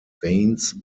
veins